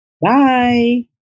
Bye